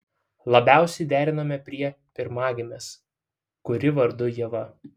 labiausiai derinome prie pirmagimės kuri vardu ieva